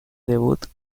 debut